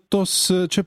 tos čia